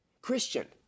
Christian